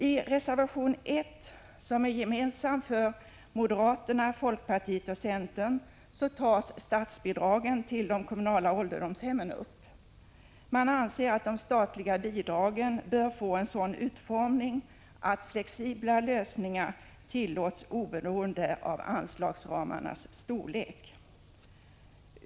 I reservation 1, som är gemensam för moderaterna, folkpartiet och centern, tas frågan om statsbidragen till de kommunala ålderdomshemmen upp. Man anser att de statliga bidragen bör få en sådan utformning att flexibla lösningar tillåts oberoende av anslagsramarnas storlek.